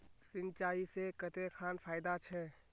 सिंचाई से कते खान फायदा छै?